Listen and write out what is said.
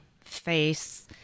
face